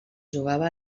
jugava